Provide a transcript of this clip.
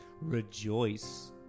rejoice